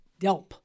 Delp